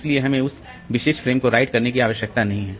इसलिए हमें उस विशेष फ्रेम को राइट करने की आवश्यकता नहीं है